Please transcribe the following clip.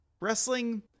Wrestling